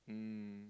mm